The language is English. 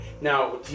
Now